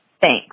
Thanks